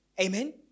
Amen